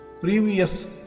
previous